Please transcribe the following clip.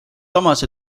samas